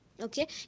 Okay